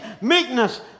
meekness